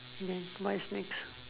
yes voice mix